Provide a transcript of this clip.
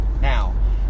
Now